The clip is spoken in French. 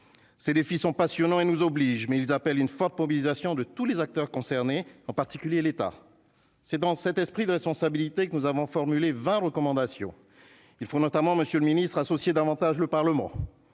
les filles sont passionnants et nous oblige mais ils appellent une forte mobilisation de tous les acteurs concernés, en particulier l'état c'est dans cet esprit de responsabilité que nous avons formulées 20 recommandations il faut notamment monsieur le Ministre, associer davantage le Parlement